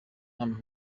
nama